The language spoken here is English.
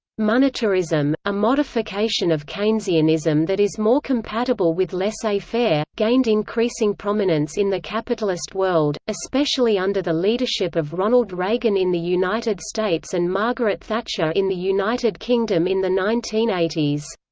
monetarism, a modification of keynesianism that is more compatible with laissez-faire, gained increasing prominence in the capitalist world, especially under the leadership of ronald reagan in the united states and margaret thatcher in the united kingdom in the nineteen eighty s.